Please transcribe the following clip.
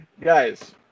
guys